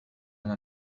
على